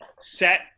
set